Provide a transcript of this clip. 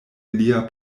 lia